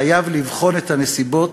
חייב לבחון את הנסיבות,